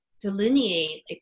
delineate